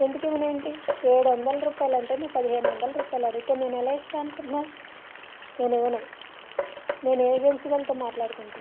ఎందుకు ఇవ్వను ఏంటి ఏడొందలు రూపాయలంటే నువ్వు పదిహేను వందల రూపాయలంటే అడిగితే నేను ఎలా ఇస్తాను అనుకుంటున్నావు నేను ఇవ్వను నేను ఏజెన్సీ వాళ్లతో మాట్లాడుకుంటాను